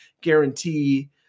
guarantee